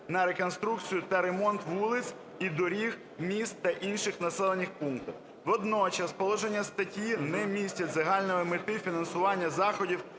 на реконструкцію та ремонт вулиць і доріг міст та інших населених пунктів. Водночас положення статті не містять загальної мети фінансування заходів